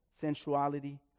sensuality